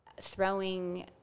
throwing